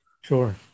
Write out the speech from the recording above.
Sure